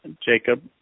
Jacob